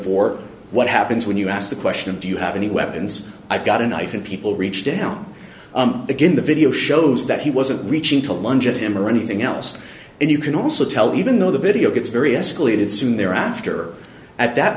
for what happens when you ask the question do you have any weapons i've got a knife in people reach down again the video shows that he wasn't reaching to lunge at him or anything else and you can also tell even though the video gets various collated soon thereafter at that